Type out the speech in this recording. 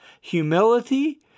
Humility